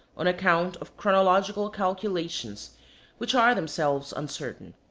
on account of chronological calculations which are themselves uncertain.